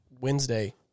Wednesday